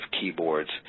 keyboards